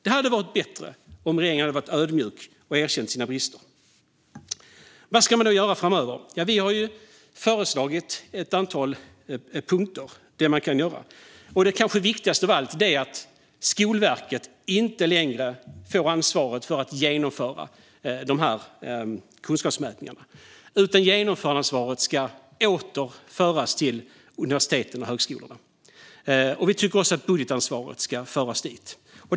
Det hade varit bättre om regeringen vore ödmjuk och erkände sina misstag. Vad ska man då göra framöver? Vi har föreslagit ett antal punkter om vad som kan göras. Det kanske viktigaste av allt är att Skolverket inte längre får ansvaret för att genomföra dessa kunskapsmätningar, utan ansvaret för genomförandet av dem ska åter föras över till universiteten och högskolorna. Vi tycker också att budgetansvaret ska föras över dit.